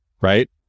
right